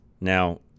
Now